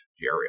Jerry